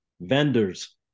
Vendors